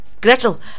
Gretel